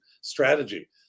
strategy